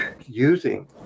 using